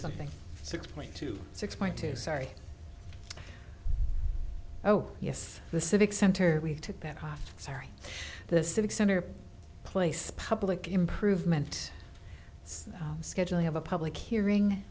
something six point two six point two sorry oh yes the civic center we took that off sorry the civic center place public improvement it's scheduling of a public hearing